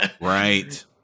Right